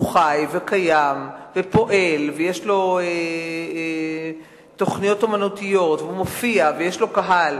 הוא חי וקיים ופועל ויש לו תוכניות אמנותיות והוא מופיע ויש לו קהל,